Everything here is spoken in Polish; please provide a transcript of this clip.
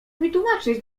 wytłumaczyć